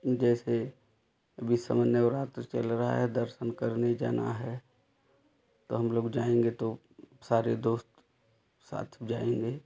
जैसे अब इस समय नवरात्रि चल रहा है दर्शन करने जाना है तो हम लोग जाएँगे तो सारे दोस्त साथ जाएँगे